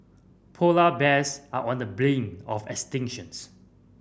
polar bears are on the brink of extinctions